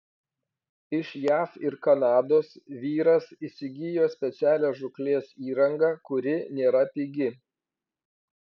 iš jav ir kanados vyras įsigijo specialią žūklės įrangą kuri nėra pigi